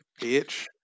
bitch